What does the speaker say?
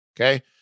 Okay